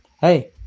hey